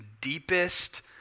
deepest